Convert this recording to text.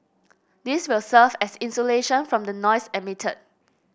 this will serve as insulation from the noise emitted